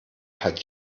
hat